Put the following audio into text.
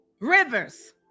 Rivers